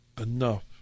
enough